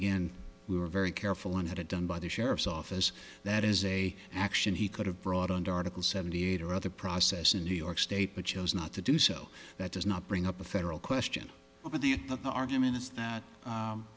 again we were very careful and had it done by the sheriff's office that as a action he could have brought under article seventy eight or other process in new york state but chose not to do so that does not bring up a federal question over the argument is that